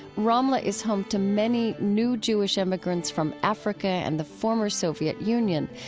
ramle is home to many new jewish immigrants from africa and the former soviet union,